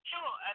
Sure